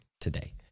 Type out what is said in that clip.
today